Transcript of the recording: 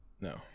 No